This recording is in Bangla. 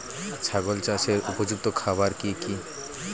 ছাগল চাষের উপযুক্ত খাবার কি কি?